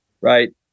right